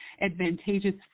advantageous